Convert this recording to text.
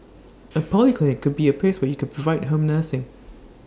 A polyclinic could be A place where you could provide home nursing